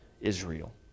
Israel